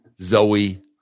Zoe